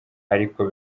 ariko